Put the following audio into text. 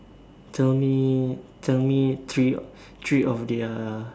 tell me tell me three three of their